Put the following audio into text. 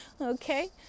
okay